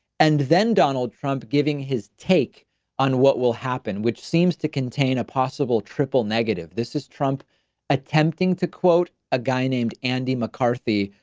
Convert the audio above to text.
and then donald trump giving his take on what will happen, which seems to contain a possible triple negative. this is trump attempting to quote a guy named andy mccarthy,